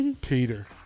Peter